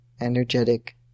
energetic